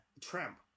tramp